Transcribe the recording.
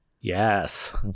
Yes